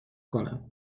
کنم